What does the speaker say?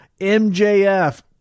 MJF